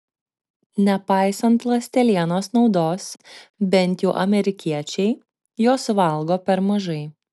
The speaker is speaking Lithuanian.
nepaisant ląstelienos naudos bent jau amerikiečiai jos valgo per mažai